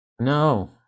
No